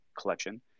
collection